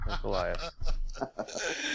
Goliath